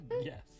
yes